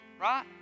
Right